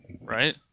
right